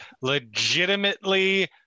legitimately